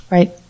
Right